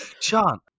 chant